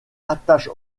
attache